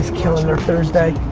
killing their thursday